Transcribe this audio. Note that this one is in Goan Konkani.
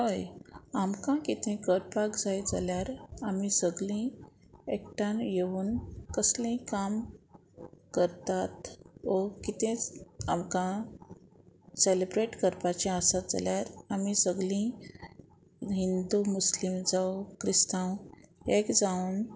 हय आमकां कितें करपाक जाय जाल्यार आमी सगळीं एकट्यान येवून कसलें काम करतात वा कितें आमकां सेलेब्रेट करपाचें आसत जाल्यार आमी सगळीं हिंदू मुस्लीम जावं क्रिस्तांव एक जावन